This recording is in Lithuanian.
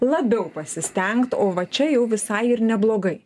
labiau pasistengt o va čia jau visai ir neblogai